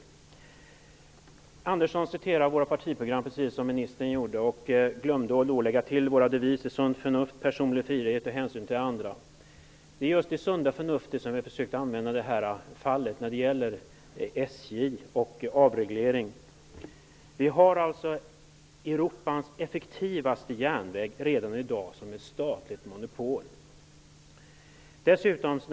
Sten Andersson citerar vårt partiprogram, precis som ministern gjorde. Han glömde att lägga till våra deviser: sunt förnuft, personlig frihet och hänsyn till andra. Det är just det sunda förnuftet som vi har försökt att använda i fallet SJ och avregleringen. Vi har alltså Europas effektivaste järnväg redan i dag, som statligt monopol.